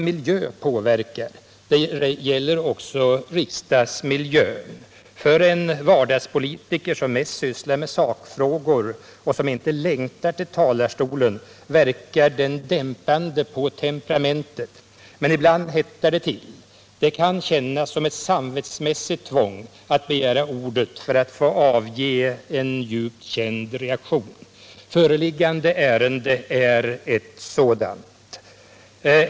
Miljö påverkar — det gäller också riksdagsmiljön. För en vardagspolitiker som mest sysslar med sakfrågor och som inte längtar till talarstolen verkar den dämpande på temperamentet. Men ibland hettar det till. Det kan kännas som ett samvetsmässigt tvång att begära ordet för att ange en djupt känd reaktion. I det föreliggande ärendet känns det så.